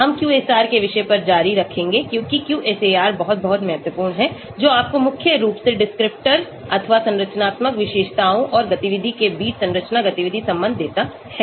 हम QSAR के विषय पर जारी रखेंगे क्योंकि QSAR बहुत बहुत महत्वपूर्ण है जो आपको मुख्य रूप से डिस्क्रिप्टरअथवा संरचनात्मक विशेषताओं और गतिविधि के बीच संरचना गतिविधि संबंध देता है